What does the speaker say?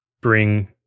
bring